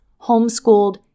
homeschooled